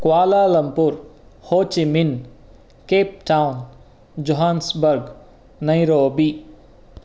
Kuala Lumpur Ho Chi Minh Cape Town Johannesburg Nairobi